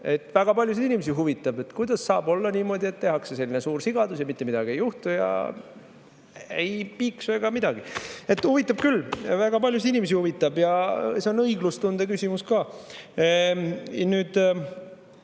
väga paljusid inimesi huvitab, kuidas saab olla niimoodi, et tehakse selline suur sigadus ja mitte midagi ei juhtu, ei piiksu ega midagi. Huvitab küll, väga paljusid inimesi huvitab. See on õiglustunde küsimus ka.